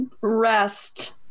rest